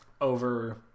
over